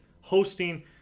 hosting